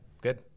good